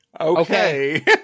Okay